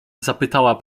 zapytała